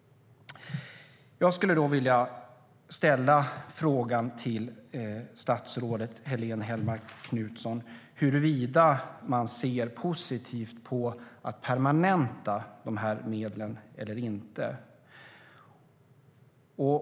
Jag skulle vilja fråga statsrådet Helene Hellmark Knutsson huruvida man ser positivt på att permanenta dessa medel eller inte.